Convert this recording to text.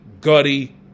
gutty